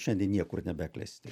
šiandien niekur nebeklesti